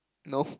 no